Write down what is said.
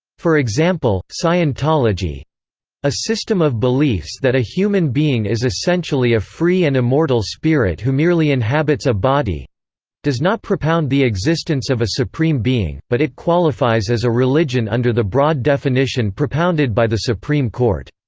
for example, scientology a system of beliefs that a human being is essentially a free and immortal spirit who merely inhabits a body does not propound the existence of a supreme being, but it qualifies as a religion under the broad definition propounded by the supreme court.